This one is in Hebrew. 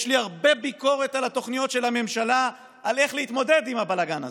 יש לי הרבה ביקורת על התוכניות של הממשלה על איך להתמודד עם הבלגן הזה,